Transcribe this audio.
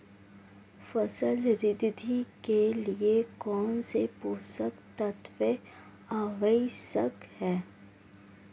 फसल वृद्धि के लिए कौनसे पोषक तत्व आवश्यक हैं?